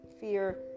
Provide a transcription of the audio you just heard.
fear